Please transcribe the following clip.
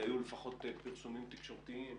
היו לפחות פרסומים תקשורתיים